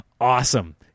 Awesome